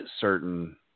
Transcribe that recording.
certain